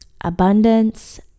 abundance